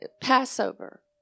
Passover